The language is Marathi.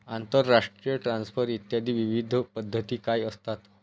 आंतरराष्ट्रीय ट्रान्सफर इत्यादी विविध पद्धती काय असतात?